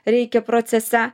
reikia procese